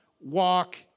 walk